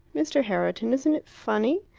mr. herriton, isn't it funny?